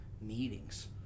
meetings